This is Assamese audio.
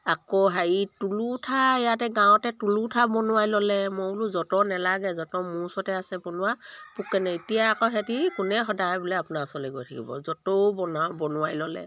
আকৌ হেৰি তুলুঠা ইয়াতে গাঁৱতে তুলুঠা বনোৱাই ল'লে মই বোলো যতৰ নালাগে যতৰ মোৰ ওচতে আছে বনোৱা পোক কেনে এতিয়া আকৌ সিহঁতে কোনে সদায় বোলে আপোনাৰ ওচৰলৈ গৈ থাকিব যতৰো বনাওঁ বনোৱাই ল'লে